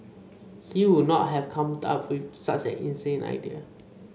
he would not have come up with such an inane idea